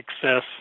success